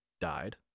died